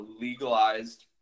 legalized